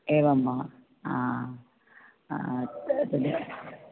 एवं वा